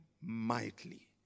mightily